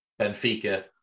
Benfica